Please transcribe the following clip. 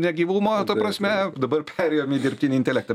negyvumo prasme dabar perėjom į dirbtinį intelektą